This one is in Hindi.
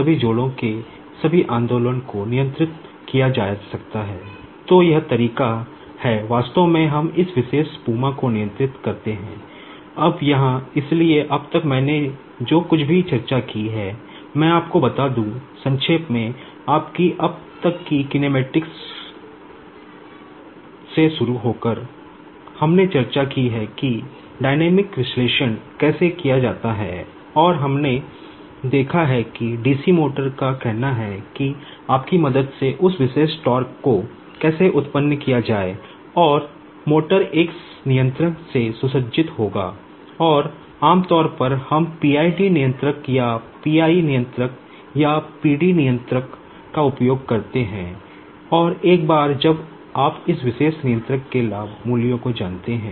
इसलिए इस विशेष PUMA को नियंत्रित करने के लिए हमें एक कंट्रोलर पर आंदोलन को नियंत्रित कर सकते हैं